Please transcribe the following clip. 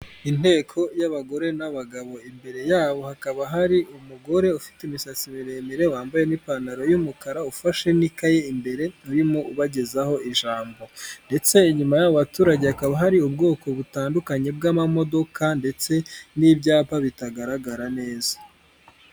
Inteko y'abagore n'abagabo imbere yabo hakaba hari umugore ufite imisatsi miremire wambaye n'ipantaro y'umukara ufashe n'ikayi imbere urimo ubagezaho ijambo, ndetse inyuma y'aba baturage hakaba hari ubwoko butandukanye bw'amamodoka ndetse n'ibyapa bitagaragara neza.